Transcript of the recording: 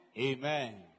Amen